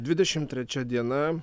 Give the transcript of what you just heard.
dvidešim trečia diena